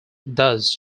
thus